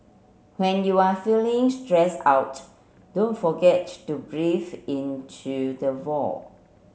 when you are feeling stressed out don't forget to breathe into the void